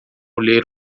ler